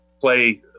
play